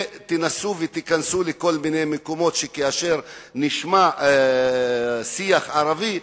ותנסו להיכנס לכל מיני מקומות שכאשר נשמע שיח ערבי,